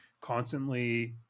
constantly